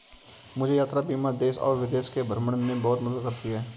मुझे यात्रा बीमा देश और विदेश के भ्रमण में बहुत मदद करती है